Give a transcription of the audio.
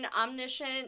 omniscient